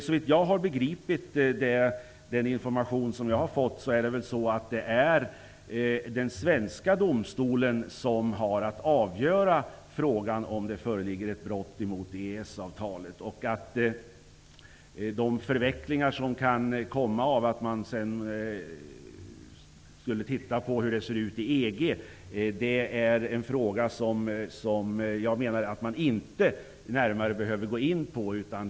Såvitt jag har begripit den information som jag har fått är det den svenska domstolen som har att avgöra frågan om det föreligger brott mot EES avtalet. Frågan om de förvecklingar som kan uppstå genom att man sedan skulle studera hur det funger i EG menar jag att man inte behöver gå in på närmare.